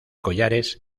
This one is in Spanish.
collares